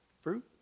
Fruit